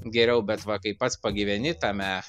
geriau bet va kai pats pagyveni tame